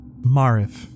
Marif